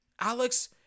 Alex